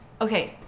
okay